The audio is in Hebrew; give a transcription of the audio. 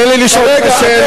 תן לי לשאול אותך שאלה,